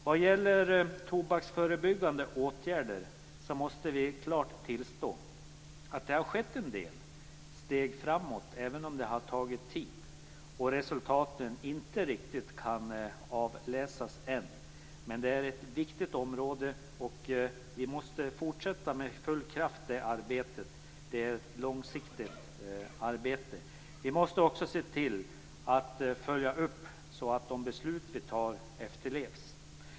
Vad gäller tobaksförebyggande åtgärder måste vi klart tillstå att det har tagits steg framåt, även om det har tagit tid och resultaten inte riktigt kan avläsas än. Men det är ett viktigt område, och vi måste fortsätta detta långsiktiga arbete med full kraft. Vi måste följa upp beslut och se till att de efterlevs.